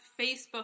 Facebook